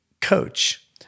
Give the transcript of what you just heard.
coach